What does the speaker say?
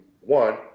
one